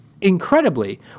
Incredibly